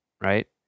Right